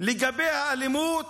לגבי האלימות,